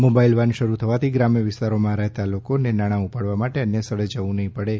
mobile van શરૂ થવાથી ગ્રામ્ય વિસ્તારોમાં રહેતા લોકોને નાણા ઉપાડવા માટે અન્ય સ્થળે નહીં જવું પડે